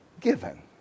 given